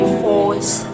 force